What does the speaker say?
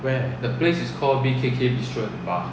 where